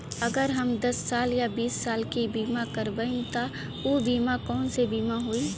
अगर हम दस साल या बिस साल के बिमा करबइम त ऊ बिमा कौन सा बिमा होई?